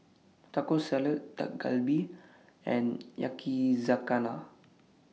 Taco Salad Dak Galbi and Yakizakana